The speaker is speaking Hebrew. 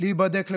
להיבדק לקורונה,